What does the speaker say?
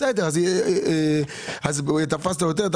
תפסת יותר,